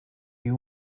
you